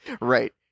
Right